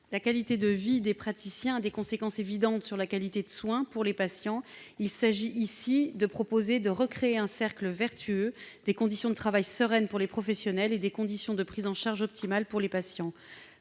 la qualité de vie des praticiens a des conséquences évidentes sur la qualité des soins pour les patients. Il s'agit ici de proposer de recréer un cercle vertueux, des conditions de travail sereines pour les professionnels entraînant des conditions de prise en charge optimales pour les patients.